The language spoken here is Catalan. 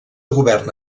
govern